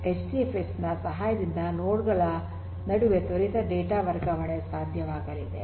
HDFS ನ ಸಹಾಯದಿಂದ node ಗಳ ನಡುವೆ ತ್ವರಿತ ಡೇಟಾ ವರ್ಗಾವಣೆ ಸಾಧ್ಯವಾಗಲಿದೆ